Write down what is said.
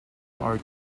are